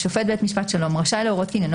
שופט בית משפט שלום רשאי להורות כי עניינו